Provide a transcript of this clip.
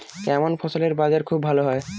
কেমন ফসলের বাজার খুব ভালো হয়?